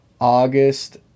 August